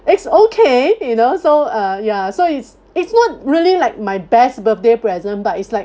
it's okay you know so uh ya so it's it's not really like my best birthday present but it's like